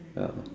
yeah